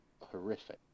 horrific